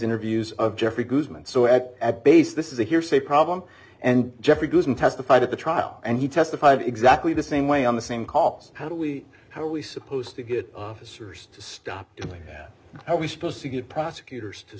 interviews of jeffrey guzman so at at base this is a hearsay problem and jeffrey goes in testified at the trial and he testified exactly the same way on the same calls how do we how are we supposed to get officers to stop doing that how are we supposed to get prosecutors to